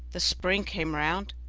the spring came round,